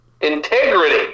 Integrity